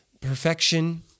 perfection